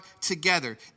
together